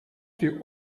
viel